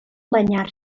banyar